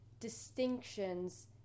distinctions